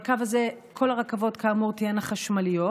בקו הזה כל הרכבות כאמור תהיינה חשמליות,